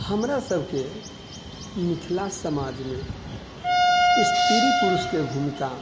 हमरा सबके मिथिला समाजमे स्त्री पुरुषके भूमिका